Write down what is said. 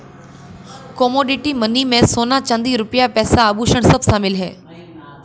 commodity money में सोना चांदी रुपया पैसा आभुषण शामिल है